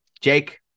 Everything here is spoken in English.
Jake